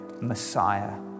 Messiah